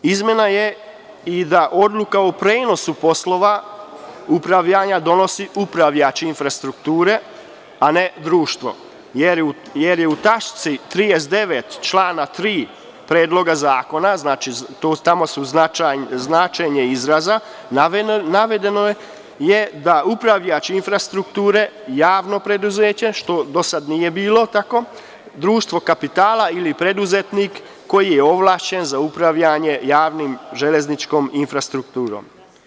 Izmena je i da odluku o prenosu poslova upravljanja donosi upravljač infrastrukture, a ne društvo, jer je u tački 39. člana 3. Predloga zakona, tamo je značenje izraza, navedeno da je upravljač infrastrukture javno preduzeće, što do sada nije bilo, društvo kapitala ili preduzetnik koji je ovlašćen za upravljanje javnom železničkom infrastrukturom.